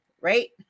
right